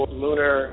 lunar